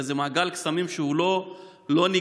וזה מעגל קסמים שלא נגמר.